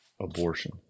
abortion